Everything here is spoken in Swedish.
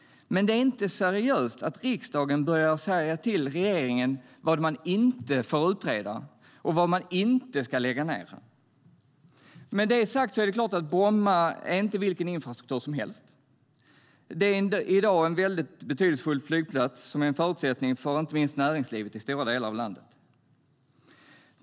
Det är dock inte seriöst att riksdagen säger till regeringen vad man inte får utreda och vad man inte ska lägga ned. Med detta sagt är det klart att Bromma flygplats inte är vilken infrastruktur som helst. Det är i dag en mycket betydelsefull flygplats och en förutsättning för inte minst näringslivet i stora delar av landet.